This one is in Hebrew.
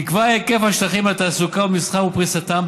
נקבע היקף השטחים לתעסוקה ומסחר ופריסתם.